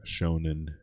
shonen